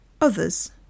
others